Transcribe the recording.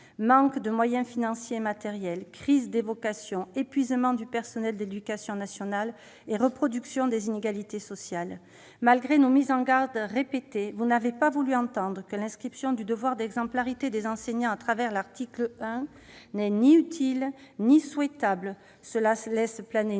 manque de moyens financiers et matériels, la crise des vocations, l'épuisement du personnel de l'éducation nationale et la reproduction des inégalités sociales. Monsieur le ministre, malgré nos mises en garde répétées, vous n'avez pas voulu entendre que l'inscription du devoir d'exemplarité des enseignants, au travers de l'article 1, n'est ni utile ni souhaitable. Cette mention laisse planer,